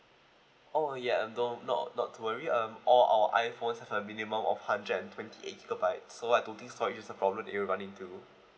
oh ya no not not to worry um all our iphones have a minimum of hundred and twenty eight gigabytes so I don't think storage is a problem you will run into